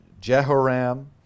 Jehoram